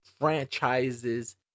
franchises